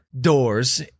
doors